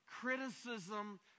criticism